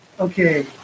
Okay